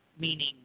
meaning